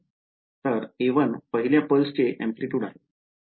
तर a1 पहिल्या पल्सचे amplitude आहे